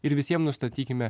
ir visiem nustatykime